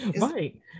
Right